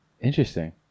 Interesting